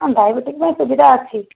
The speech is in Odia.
ହଁ ଡାଇବେଟିସ ପାଇଁ ସୁବିଧା ଅଛି